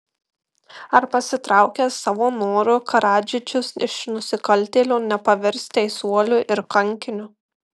ar pasitraukęs savo noru karadžičius iš nusikaltėlio nepavirs teisuoliu ir kankiniu